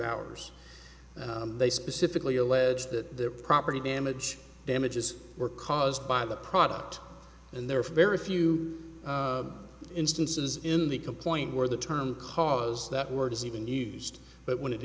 hours they specifically allege that their property damage damages were caused by the product and they're very few instances in the complaint where the term cause that word is even used but when it